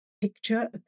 picture